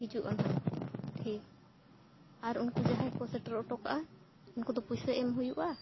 ᱦᱤᱡᱩᱜᱼᱟ ᱱᱟᱜ ᱴᱷᱤᱠ ᱟᱨ ᱩᱱᱠᱩ ᱡᱟᱦᱟᱸᱭ ᱠᱚ ᱥᱮᱴᱮᱨ ᱦᱚᱴᱚᱠᱟᱜᱼᱟ ᱩᱱᱠᱩ ᱫᱚ ᱯᱚᱭᱥᱟ ᱮᱢ ᱦᱩᱭᱩᱜᱼᱟ